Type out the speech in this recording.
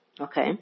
okay